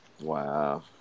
Wow